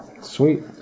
Sweet